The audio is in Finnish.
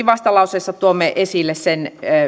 vastalauseessa tuomme esille myöskin sen